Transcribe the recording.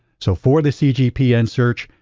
so for the cgpn search,